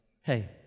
hey